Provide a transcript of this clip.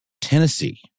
Tennessee